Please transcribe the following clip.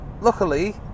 luckily